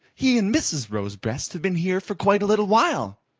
he and mrs. rosebreast have been here for quite a little while.